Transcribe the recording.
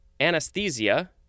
anesthesia